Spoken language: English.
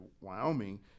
Wyoming